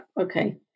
okay